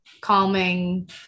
calming